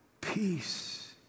peace